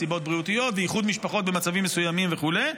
נסיבות בריאותיות ואיחוד משפחות במצבים מסוימים וכו',